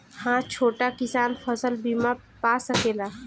हा छोटा किसान फसल बीमा पा सकेला?